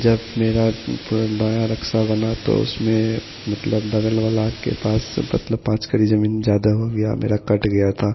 जब मेरा पुरा नया नक्शा बना तो उसमें मतलब बगल वाला के पास से मतलब पाँच कड़ी ज़मीन ज़्यादा हो गया मेरा कट गया था